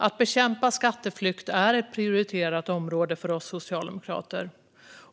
Att bekämpa skatteflykt är ett prioriterat område för oss socialdemokrater.